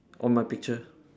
on my picture